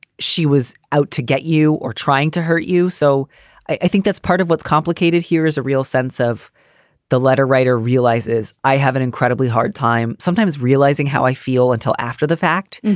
she was out to get you. or trying to hurt you, so i think that's part of what's complicated here is a real sense of the letter writer realizes i have an incredibly hard time sometimes realizing how i feel until after the fact.